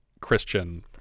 christian